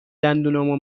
دندونامو